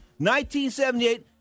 1978